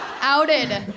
outed